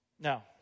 Now